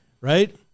right